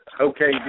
okay